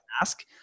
ask